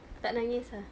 tak nangis ah